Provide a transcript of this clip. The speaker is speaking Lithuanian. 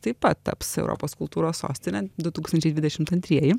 taip pat taps europos kultūros sostine du tūkstančiai dvidešimt antrieji